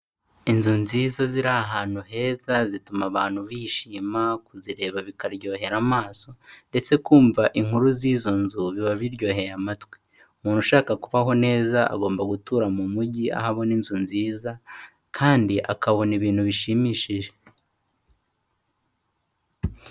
Inzu nziza ziri ahantu heza, zituma abantu bishima kuzireba, bikaryohera amaso ndetse kumva inkuru z'izo nzu biba biryoheye amatwi, umuntu ushaka kubaho neza agomba gutura mu mujyi, aho abona inzu nziza kandi akabona ibintu bishimishije.